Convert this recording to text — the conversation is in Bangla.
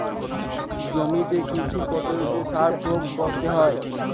জমিতে কী কী পদ্ধতিতে সার প্রয়োগ করতে হয়?